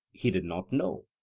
he did not know?